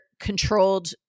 controlled